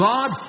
God